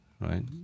right